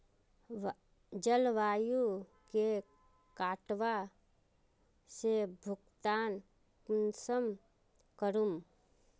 जलवायु के कटाव से भुगतान कुंसम करूम?